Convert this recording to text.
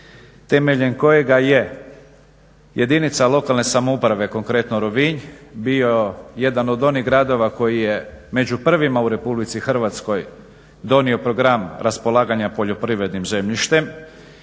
temeljem kojega je jedinica lokalne samouprave konkretno Rovinj bio jedan od onih gradova koji je među prvima u RH donio program raspolaganja poljoprivrednim zemljištem